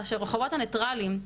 ברחובות הניטרליים.